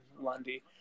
Lundy